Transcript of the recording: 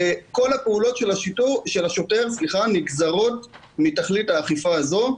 וכל הפעולות של שוטר נגזרות מתכלית האכיפה הזאת.